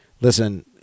listen